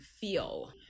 feel